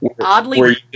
oddly